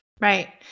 right